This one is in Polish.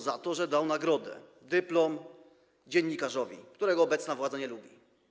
Za to, że dał nagrodę, dyplom dziennikarzowi, którego obecna władza nie lubi.